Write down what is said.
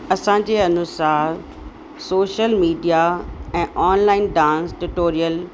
असांजे अनुसार social media ऐं ऑनलाइन डांस टिटोरियल